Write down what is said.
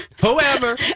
whoever